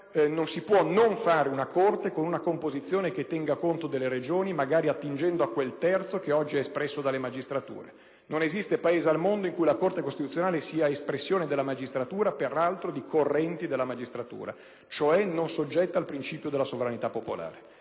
non si può non istituire una Corte con una composizione che tenga conto delle Regioni, magari attingendo a quel terzo che oggi è espresso dalle magistrature. Non esiste Paese al mondo in cui la Corte costituzionale sia espressione della magistratura (peraltro di correnti della magistratura), cioè non soggetta al principio della sovranità popolare.